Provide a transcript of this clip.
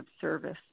service